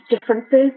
differences